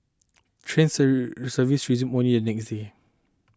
train sir services resumed one year the next day